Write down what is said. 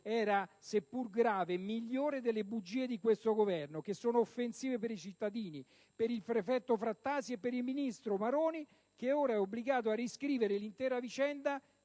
era, seppur grave, migliore delle bugie di questo Governo, che sono offensive per i cittadini, per il prefetto Frattasi e per il ministro Maroni, che ora è obbligato a riscrivere l'intera vicenda